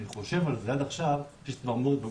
כשאני חושב על זה, עד עכשיו יש לי צמרמורת בגוף.